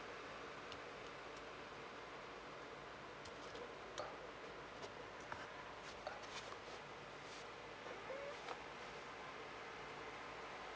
uh uh